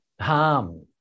harm